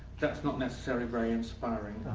that's not necessarily very inspiring.